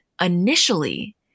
initially